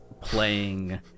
playing